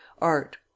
art